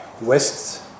West